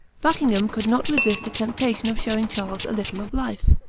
buckingham could not resist the temptation of showing charles a little of life,